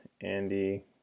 Andy